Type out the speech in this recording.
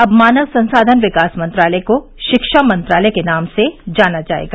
अब मानव संसाधन विकास मंत्रालय को शिक्षा मंत्रालय के नाम से जाना जाएगा